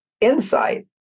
insight